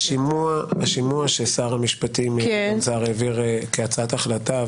השימוע ששר המשפטים לשעבר העביר כהצעת החלטה,